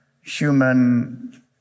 human